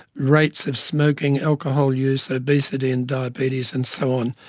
rates of smoking, alcohol use, obesity and diabetes and so on.